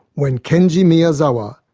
when kenji miyazawa,